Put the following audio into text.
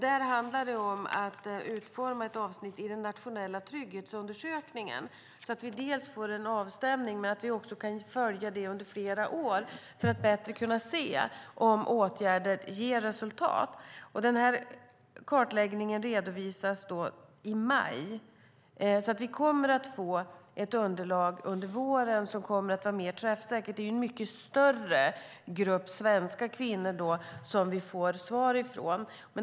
Det handlar om att utforma ett avsnitt i den nationella trygghetsundersökningen så att vi dels får en avstämning, dels kan följa kartläggningen under flera år för att bättre se om åtgärder ger resultat. Kartläggningen redovisas i maj. Vi kommer att få ett underlag under våren som kommer att vara mer träffsäkert. Det är en mycket större grupp svenska kvinnor som vi får svar från.